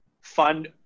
fund